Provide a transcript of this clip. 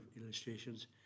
illustrations